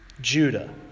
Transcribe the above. Judah